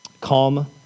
calm